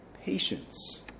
patience